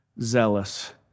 zealous